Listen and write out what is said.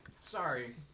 Sorry